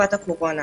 בתקופת הקורונה.